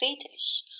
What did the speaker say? fetish